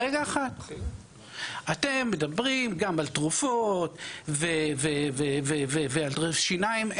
אתם מדברים גם על תרופות ועל שיניים.